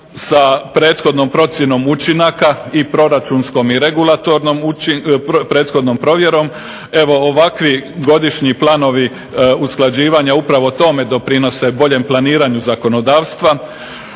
sa prethodnom procjenom učinaka i proračunskom i regulatornom prethodnom provjerom. Evo ovakvi godišnji planovi usklađivanja upravo tome doprinose boljem planiranju zakonodavstva.